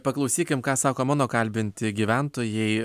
paklausykim ką sako mano kalbinti gyventojai